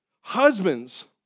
Husbands